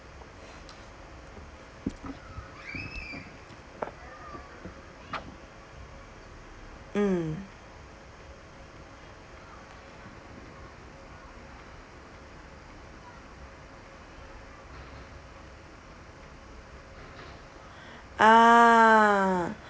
mm ah